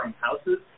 houses